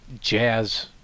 jazz